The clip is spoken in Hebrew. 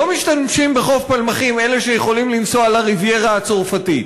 לא משתמשים בחוף פלמחים אלה שיכולים לנסוע לריביירה הצרפתית,